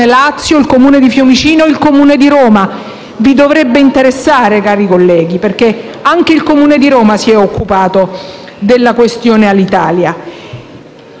Lazio, dal Comune di Fiumicino e dal Comune di Roma. Vi dovrebbe interessare, cari colleghi, perché anche il Comune di Roma si è occupato della questione Alitalia.